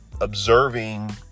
observing